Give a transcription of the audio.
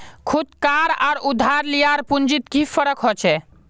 खुद कार आर उधार लियार पुंजित की फरक होचे?